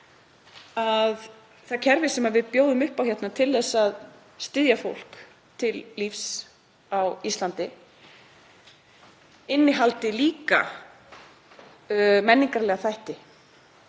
að það kerfi sem við bjóðum upp á hérna til að styðja fólk til lífs á Íslandi innihaldi líka menningarlega þætti,